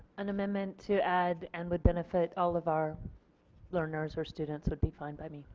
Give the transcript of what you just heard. an amendment to add, and would benefit all of our learners or students would be fine by me.